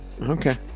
Okay